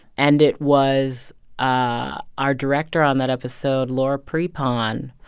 and it was our our director on that episode, laura prepon,